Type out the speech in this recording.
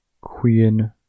queen